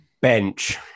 Bench